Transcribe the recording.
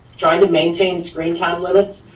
trying to maintain screen time limits,